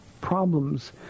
problems